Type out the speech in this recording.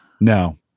No